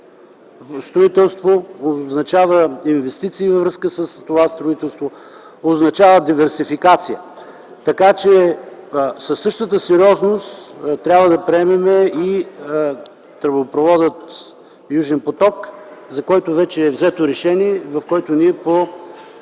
строителство означава инвестиции във връзка с това строителство, означава диверсификация. Със същата сериозност трябва да приемем и тръбопровода „Южен поток”, за който вече е взето решение и в който ние сме